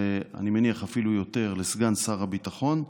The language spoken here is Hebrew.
ואני מניח שאפילו יותר, לסגן שר הביטחון.